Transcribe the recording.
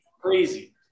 crazy